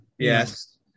Yes